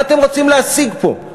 מה אתם רוצים להשיג פה?